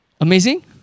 Amazing